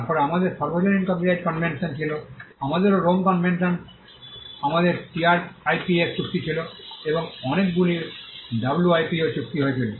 তারপরে আমাদের সার্বজনীন কপিরাইট কনভেনশন ছিল আমাদেরও রোম কনভেনশন আমাদের টিআরআইপিএস চুক্তি ছিল এবং অনেকগুলি ডব্লুআইপিও চুক্তি হয়েছিল